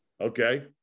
Okay